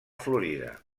florida